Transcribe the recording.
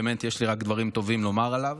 באמת יש לי רק דברים טובים לומר עליו.